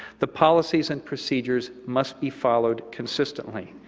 the policies and procedures must be followed consistently.